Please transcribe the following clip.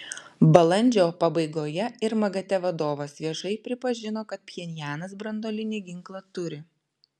balandžio pabaigoje ir magate vadovas viešai pripažino kad pchenjanas branduolinį ginklą turi